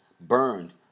burned